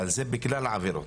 אבל זה בגלל העבירות,